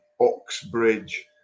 Oxbridge